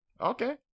okay